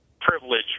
privilege